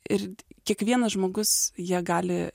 ir kiekvienas žmogus ja gali